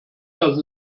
dass